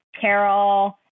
Carol –